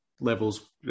levels